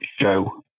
show